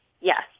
yes